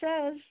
says